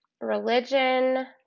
religion